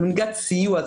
זה מלגת סיוע.